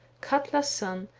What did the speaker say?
katla's son,